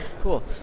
Cool